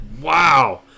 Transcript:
wow